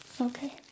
Okay